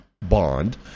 bond